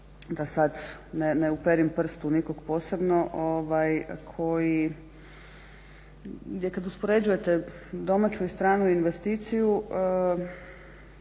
da sada ne uperim prst u nikog posebno koji gdje kada uspoređujete domaću i stranu investiciju,